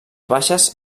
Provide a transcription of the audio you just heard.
baixes